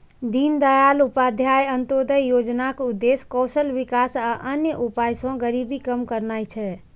दीनदयाल उपाध्याय अंत्योदय योजनाक उद्देश्य कौशल विकास आ अन्य उपाय सं गरीबी कम करना छै